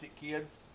kids